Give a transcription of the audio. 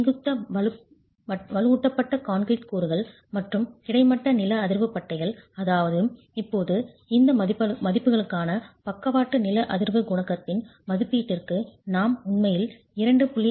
செங்குத்து வலுவூட்டப்பட்ட கான்கிரீட் கூறுகள் மற்றும் கிடைமட்ட நில அதிர்வு பட்டைகள் அதாவது இப்போது இந்த மதிப்புகளுக்கான பக்கவாட்டு நில அதிர்வு குணகத்தின் மதிப்பீட்டிற்கு நாம் உண்மையில் 2